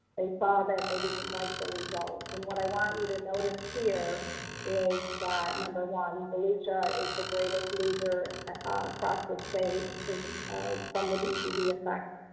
they saw that they didn't like the results. and what i want you to notice here is that number one, volusia is the greatest loser across the state from the dcd effect,